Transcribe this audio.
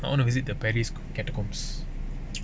I want to visit the paris catacombs